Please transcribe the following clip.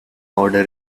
order